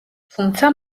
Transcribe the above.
თუმცა